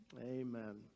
Amen